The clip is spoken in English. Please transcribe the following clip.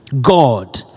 God